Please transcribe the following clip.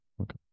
okay